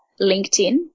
LinkedIn